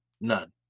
none